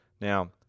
Now